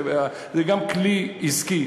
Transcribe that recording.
זה גם כלי עסקי,